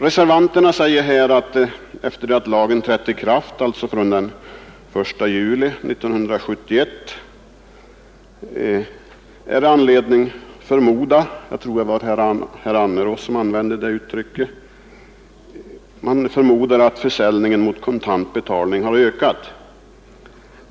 Reservanterna säger här att efter det att lagen trätt i kraft, alltså från den 1 juli 1971, är det anledning förmoda — jag tror det var herr Annerås som använde det uttrycket — att försäljning mot kontant betalning har ökat.